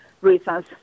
reasons